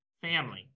Family